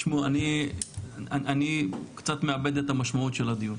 אני קצת מאבד את המשמעות של הדיון.